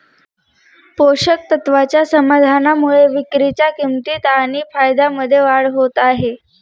पोषक तत्वाच्या समाधानामुळे विक्रीच्या किंमतीत आणि फायद्यामध्ये वाढ होत आहे